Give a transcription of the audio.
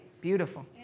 Beautiful